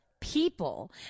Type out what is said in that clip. People